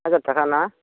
हाजार थाखा ना